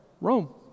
Rome